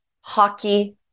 hockey